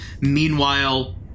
Meanwhile